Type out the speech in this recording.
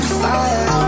fire